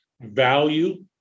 value